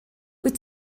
wyt